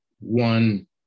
one